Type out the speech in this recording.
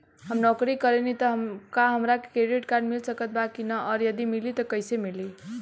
हम नौकरी करेनी त का हमरा क्रेडिट कार्ड मिल सकत बा की न और यदि मिली त कैसे मिली?